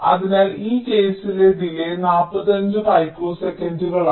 അതിനാൽ ഈ കേസിലെ ഡിലേയ് 45 പിക്കോ സെക്കൻഡുകളാണ്